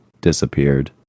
disappeared